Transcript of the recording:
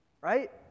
right